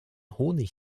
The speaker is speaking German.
honig